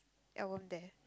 album there